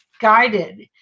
guided